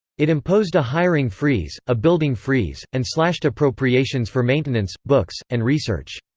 it imposed a hiring freeze, a building freeze, and slashed appropriations for maintenance, books and research.